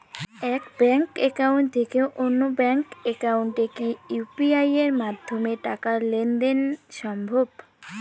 এক bank account থেকে অন্য ব্যাংক একাউন্টে কি ইউ.পি.আই মাধ্যমে টাকার লেনদেন দেন সম্ভব?